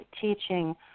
teaching